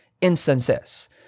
instances